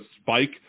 spike